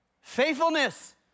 Faithfulness